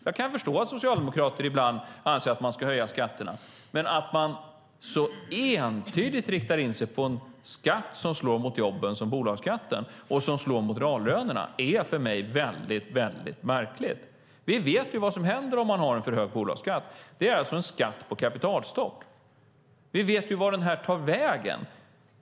Jag kan förstå att socialdemokrater ibland anser att man ska höja skatterna, men att så entydigt rikta in sig på en skatt som slår mot jobben och reallönerna, vilket bolagsskatten gör, känns för mig mycket, mycket märkligt. Vi vet vad som händer om man har en för hög bolagsskatt. Det är alltså en skatt på kapitalstock. Vi vet vart den tar vägen.